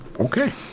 Okay